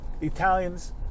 Italians